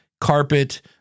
carpet